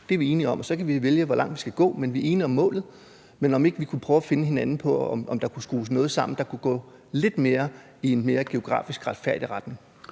det er vi enige om, og så kan vi vælge, hvor langt vi skal gå, men vi er enige om målet. Så kunne vi ikke prøve at finde hinanden på, om der kunne skrues noget sammen, der kunne gå i en lidt mere retfærdig geografisk retning?